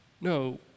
No